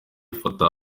fattah